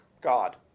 God